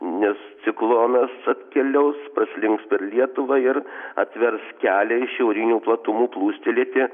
nes ciklonas atkeliaus praslinks per lietuvą ir atvers kelią iš šiaurinių platumų plūstelėti